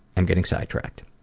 am getting sidetracked.